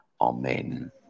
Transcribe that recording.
Amen